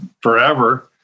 forever